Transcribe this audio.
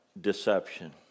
Deception